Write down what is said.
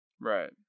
right